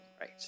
right